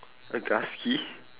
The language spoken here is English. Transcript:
a gusky